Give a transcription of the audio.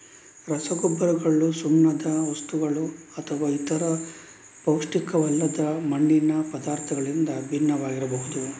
ರಸಗೊಬ್ಬರಗಳು ಸುಣ್ಣದ ವಸ್ತುಗಳುಅಥವಾ ಇತರ ಪೌಷ್ಟಿಕವಲ್ಲದ ಮಣ್ಣಿನ ಪದಾರ್ಥಗಳಿಂದ ಭಿನ್ನವಾಗಿರಬಹುದು